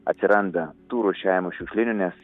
atsiranda tų rūšiavimo šiukšlinių nes